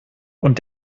und